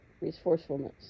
resourcefulness